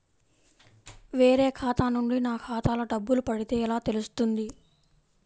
వేరే ఖాతా నుండి నా ఖాతాలో డబ్బులు పడితే ఎలా తెలుస్తుంది?